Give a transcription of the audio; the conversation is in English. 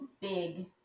big